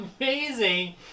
amazing